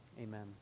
Amen